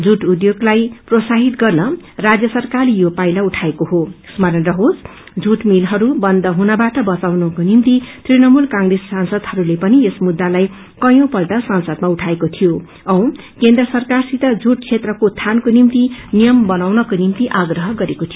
जुट क्षेत्रलाई र्पनजीवित गर्न राज्य सरकारले यो पाइला उठाएको हो स्मरण रहोस जुट मिलहरू बस्न्द हुनबाट बचाउनको निम्ति तृणमूल कंग्रेस सांसदहरूले पनि यस ममुद्दालाई कैयौ पल्ट संसदमा उठाएको थियो औ केन्द्र सरकारसित जुट क्षेत्रको उत्थानको निम्ति नियम बनाउनको आप्रह गरेको थियो